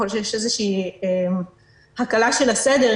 ככל שיש הקלה של הסגר,